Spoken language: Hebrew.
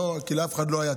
כי לאף אחד לא היה תיקון.